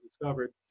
discovered